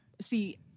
see